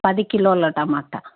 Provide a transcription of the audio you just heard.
పది కిలోల టమాటా